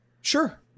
Sure